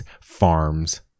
farms